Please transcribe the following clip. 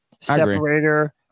Separator